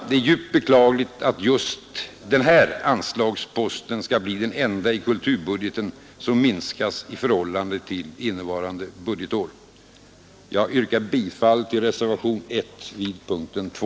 Det är djupt beklagligt om just den här anslagsposten skall bli den enda i kulturbudgeten som minskas i förhållande till innevarande budgetår. Jag yrkar bifall till reservationen 1 vid punkten 2.